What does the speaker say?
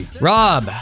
Rob